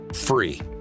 free